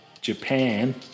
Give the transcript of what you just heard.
Japan